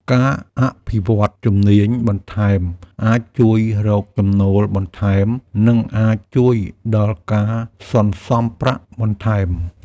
ការអភិវឌ្ឍជំនាញបន្ថែមអាចជួយរកចំណូលបន្ថែម និងអាចជួយដល់ការសន្សំប្រាក់បន្ថែម។